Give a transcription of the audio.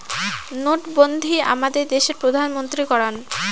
নোটবন্ধী আমাদের দেশের প্রধানমন্ত্রী করান